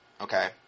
Okay